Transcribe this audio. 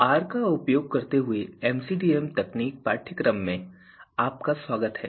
are का उपयोग करते हुए एमसीडीएम तकनीक पाठ्यक्रम में आपका स्वागत है